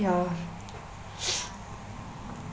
ya